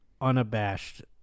unabashed